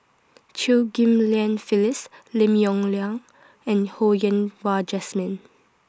Chew Ghim Lian Phyllis Lim Yong Liang and Ho Yen Wah Jesmine